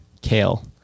kale